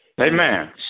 Amen